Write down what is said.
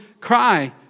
cry